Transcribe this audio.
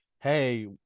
Hey